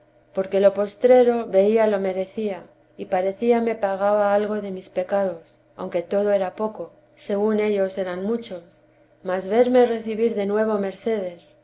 porque lo postrero veía lo merecía y parecíame pagaba algo de mis pecados aunque todo era poco según ellos eran muchos mas verme recibir de nuevo mercedes